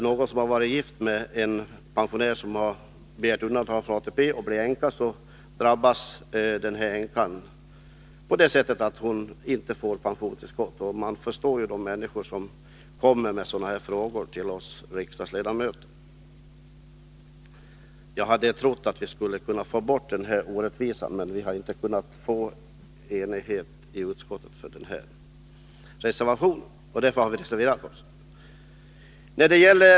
När hustrun till en pensionär som har begärt undantag från ATP blir änka drabbas hon på det sättet att hon inte får pensionstillskott. Jag förstår de människor som kommer med frågor om detta till oss riksdagsledamöter. Jag hade trott att vi nu skulle kunna få bort denna orättvisa, men man har inte kunnat nå enighet om detta i utskottet, och därför har vi reserverat oss.